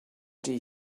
did